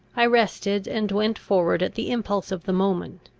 i rested and went forward at the impulse of the moment.